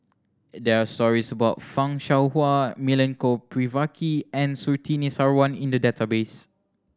there are stories about Fan Shao Hua Milenko Prvacki and Surtini Sarwan in the database